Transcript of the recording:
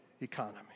economy